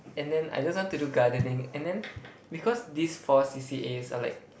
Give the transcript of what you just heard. and then I just want to do gardening and then because this four C_C_As are like